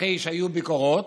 אחרי שהיו ביקורות,